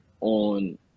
on